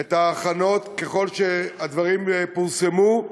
את ההכנות, ככל שהדברים פורסמו,